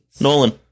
Nolan